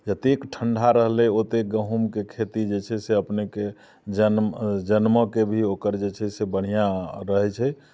जतेक ठण्ढ़ा रहलै ओतेक गहूमके खेती जे छै से अपनेके जनम जनमऽके भी ओकर जे छै से बढ़िआँ रहै छै